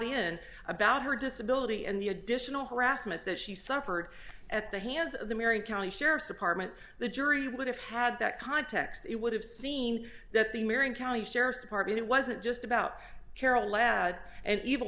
in about her disability and the additional harassment that she suffered at the hands of the marion county sheriff's department the jury would have had that context it would have seen that the marion county sheriff's department it wasn't just about kara lad and evil